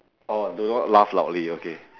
orh do not laugh loudly okay